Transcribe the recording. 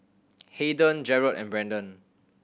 Hayden Jerrod and Brendan